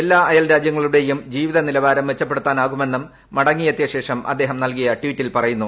എല്ലാ അയൽരാജ്യങ്ങളുടെയും ജീവിത നിലവാരം മെച്ചപ്പെടുത്താനാകുമെന്നും മടങ്ങിയെത്തിയ ശേഷം അദ്ദേഹം നൽകിയ ട്ടീറ്റിൽ പറയുന്നു